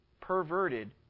perverted